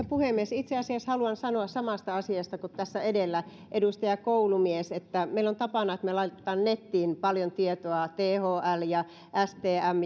puhemies itse asiassa haluan sanoa samasta asiasta kuin tässä edellä edustaja koulumies meillä on tapana että me laitamme nettiin paljon tietoa thl ja stm